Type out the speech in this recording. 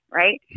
right